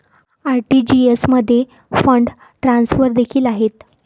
RTGS मध्ये fund transfer देखील आहेत